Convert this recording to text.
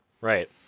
Right